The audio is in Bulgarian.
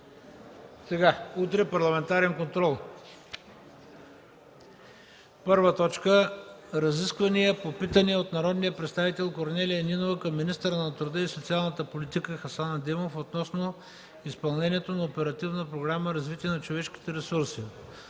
г., Парламентарен контрол. Първо, разисквания по питания от народния представител Корнелия Нинова към министъра на труда и социалната политика Хасан Адемов относно изпълнението на Оперативна програма „Развитие на човешките ресурси”.